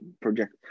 project